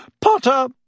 Potter